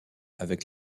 avec